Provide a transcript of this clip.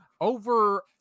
over